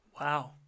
Wow